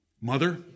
Mother